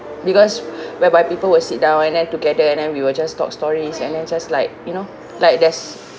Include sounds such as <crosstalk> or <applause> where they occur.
because <breath> whereby people will sit down and then together and then we will just talk stories and then just like you know like there's